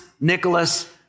Nicholas